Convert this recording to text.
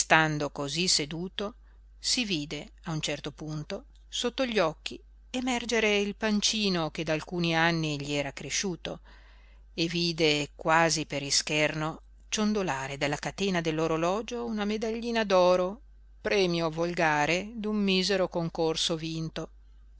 cosí seduto si vide a un certo punto sotto gli occhi emergere il pancino che da alcuni anni gli era cresciuto e vide quasi per ischerno ciondolare dalla catena dell'orologio una medaglina d'oro premio volgare d'un misero concorso vinto